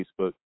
Facebook